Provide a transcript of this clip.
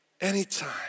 anytime